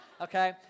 okay